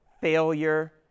failure